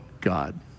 God